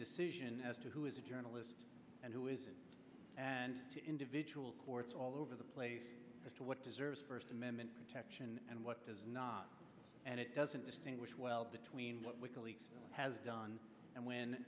decision as to who is a journalist and who is the individual courts all over the place as to what deserves first amendment protection and what does not and it doesn't distinguish well between what wikileaks has done and when